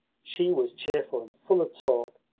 she was cheerful and full of talk.